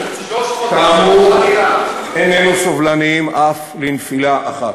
320, כאמור, איננו סובלניים אף לנפילה אחת.